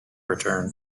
return